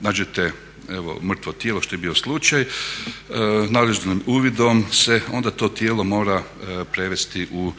nađete mrtvo tijelo što je bio slučaj. Nadležnim uvidom se onda to tijelo mora prevesti u